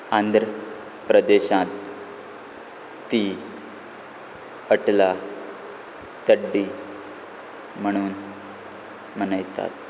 आंध्र प्रदेशांत ती अटला तड्डी म्हणून मनयतात